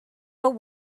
but